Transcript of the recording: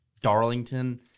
darlington